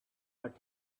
but